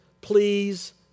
Please